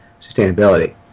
sustainability